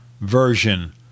version